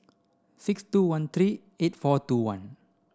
six two one three eight four two one